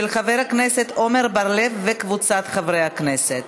של חבר הכנסת עמר בר-לב וקבוצת חברי הכנסת.